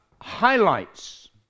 highlights